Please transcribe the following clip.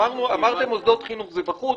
אמרתם שמוסדות חינוך זה בחוץ.